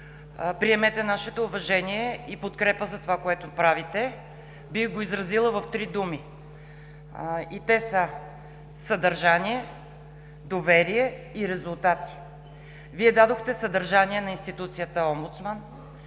приемете нашето уважение и подкрепа за това, което правите. Бих го изразила в три думи и те са: съдържание, доверие и резултати. Вие дадохте съдържание на институцията омбудсман,